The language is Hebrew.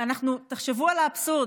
תחשבו על האבסורד,